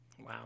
Wow